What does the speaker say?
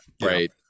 right